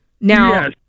now